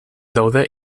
daude